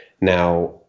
now